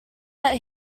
that